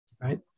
right